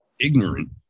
ignorant